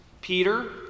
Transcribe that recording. Peter